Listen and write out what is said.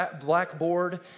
blackboard